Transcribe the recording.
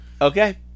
Okay